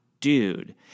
dude